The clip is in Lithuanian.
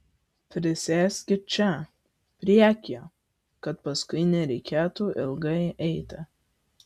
prisėskit čia priekyje kad paskui nereikėtų ilgai eiti